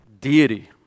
deity